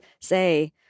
say